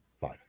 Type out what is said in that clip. five